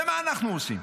ומה אנחנו עושים?